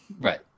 Right